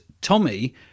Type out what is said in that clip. Tommy